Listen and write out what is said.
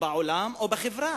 בעולם או בחברה.